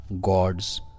gods